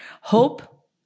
Hope